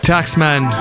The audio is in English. Taxman